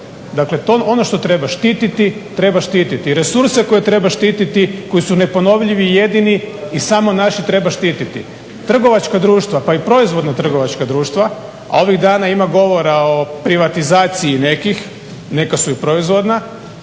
Dakle, ono što treba štitit, treba štititi, i resurse koje treba štiti koji su neponovljivi i jedni, i samo naši treba štiti. Trgovačka društva, pa i proizvodna trgovačka društva, a ovih dana imam govora o privatizaciji nekih, neka su i proizvodna,